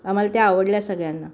आम्हाला त्या आवडल्या सगळ्यांना